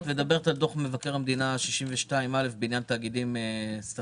אני מניח שאת מדברת על דוח מבקר המדינה 62א' בעניין תאגידים סטטוטוריים.